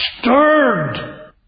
stirred